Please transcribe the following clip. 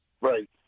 Right